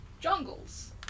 jungles